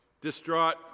Distraught